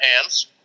hands